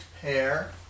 pair